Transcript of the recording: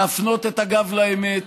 להפנות את הגב לאמת,